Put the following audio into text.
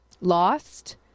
lost